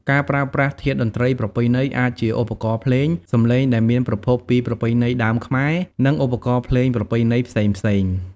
ការប្រើប្រាស់ធាតុតន្ត្រីប្រពៃណី អាចជាឧបករណ៍ភ្លេង សំឡេងដែលមានប្រភពពីប្រពៃណីដើមខ្មែរ ឬឧបករណ៍ភ្លេងប្រពៃណីផ្សេងៗ។